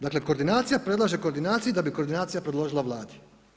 Dakle, koordinacija predlaže koordinaciji da bi koordinacija predložila Vladi.